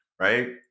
right